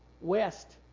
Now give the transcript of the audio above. west